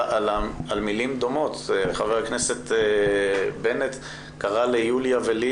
שמילים דומות חבר הכנסת בנט קרא ליוליה ולי